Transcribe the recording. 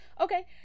Okay